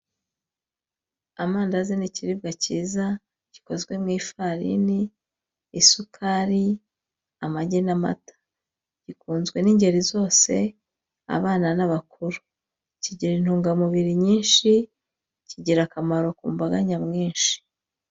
Amandazi ni ikiribwa cyiza gikozwe mu ifarini, isukari, amagi n'amata, gikunzwe n'ingeri zose abana n'abakuru. Kigira intungamubiri nyinshi, kigira akamaro ku mbaga nyamwinshi.